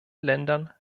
ländern